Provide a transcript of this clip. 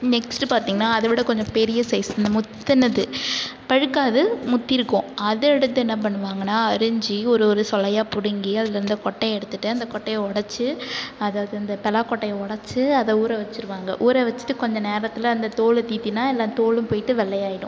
next பாத்தீங்கனா அதை விட கொஞ்ச பெரிய சைஸ் இந்த முத்தினது பழுக்காது முத்திருக்கும் அதை எடுத்து என்ன பண்ணுவாங்கன்னா அரிஞ்சு ஒரு ஒரு சொளையா பிடிங்கி அதுலருந்த கொட்டையை எடுத்துவிட்டு அந்த கொட்டையை உடச்சி அதை இந்த பலாக் கொட்டையை உடச்சி அதை ஊற உடச்சிருவாங்க ஊற உடச்சிட்டு கொஞ்ச நேரத்தில் அந்த தோலை தீத்தீனா எல்லா தோலும் போய்விட்டு வெள்ளையாயிடும்